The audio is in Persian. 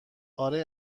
آره